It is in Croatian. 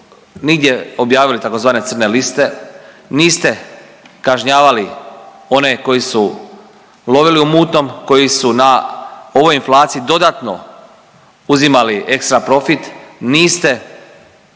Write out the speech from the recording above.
nigdje objavili tzv. crne liste, niste kažnjavali one koji su lovili u mutnom, koji su na ovoj inflaciji dodatno uzimali ekstra profit, niste